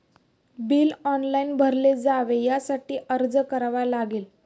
Bill online भरले जावे यासाठी काय अर्ज करावा लागेल?